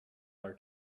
our